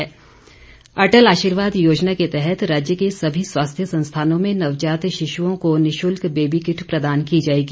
सरवीण चौधरी अटल आशीर्वाद योजना के तहत राज्य के सभी स्वास्थ्य संस्थानों में नवजात शिशुओं को निशुल्क बेबी किट प्रदान की जाएगी